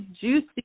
juicy